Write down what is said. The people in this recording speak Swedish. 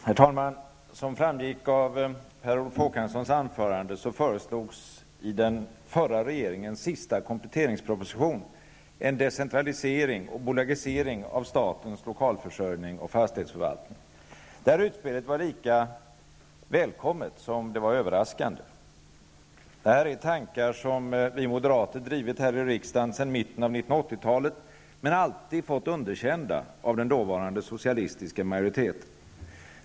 Herr talman! Som framgick av Per Olof Håkanssons anförande föreslogs i den förra regeringens sista kompletteringsproposition en decentralisering och bolagisering av statens lokalförsörjning och fastighetsförvaltning. Utspelet var lika välkommet som det var överraskande. Det var tankar som vi moderater drivit här i riksdagen sedan mitten 1980-talet men alltid fått underkända av den dåvarande socialistiska majoriteten.